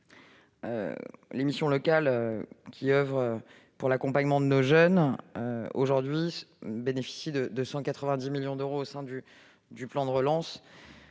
Les missions locales qui oeuvrent pour l'accompagnement de nos jeunes aujourd'hui bénéficient de 190 millions d'euros au sein du plan de relance.